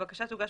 הבקשה תוגש